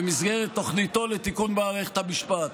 במסגרת תוכניתו לתיקון מערכת המשפט.